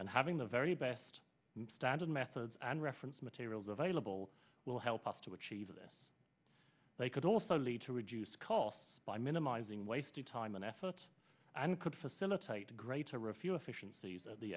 and having the very best standard methods and reference materials available will help us to achieve this they could also lead to reduce costs by minimizing waste of time and effort and could facilitate gray to refute efficienc